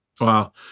Wow